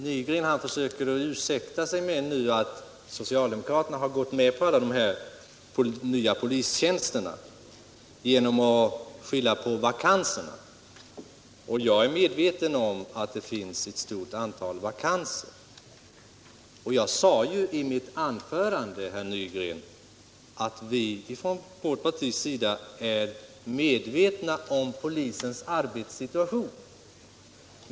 Herr Nygren försöker nu att som ursäkt för att socialdemokraterna har gått med på de här nya polistjänsterna skylla på vakanserna. Jag är medveten om att det finns ett stort antal vakanser. Jag sade ju i mitt anförande, herr Nygren, att vi från vårt partis sida är medvetna om polisens arbetssituation.